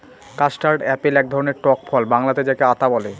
custard apple এক ধরনের টক ফল বাংলাতে যাকে আঁতা বলে